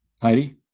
Heidi